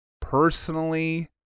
personally